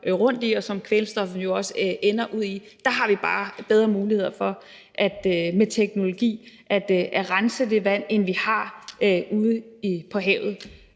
og som kvælstoffet jo også ender ude i. Der har vi bare bedre muligheder for med teknologi at rense det vand, end vi har ude på havet,